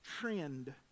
trend